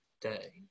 day